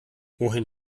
wohin